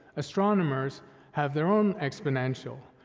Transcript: astronomers have their own exponential,